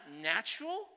natural